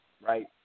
Right